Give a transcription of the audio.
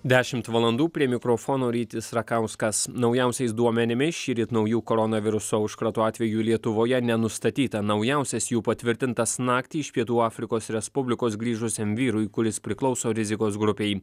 dešimt valandų prie mikrofono rytis rakauskas naujausiais duomenimis šįryt naujų koronaviruso užkrato atvejų lietuvoje nenustatyta naujausias jų patvirtintas naktį iš pietų afrikos respublikos grįžusiam vyrui kuris priklauso rizikos grupei